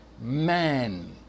man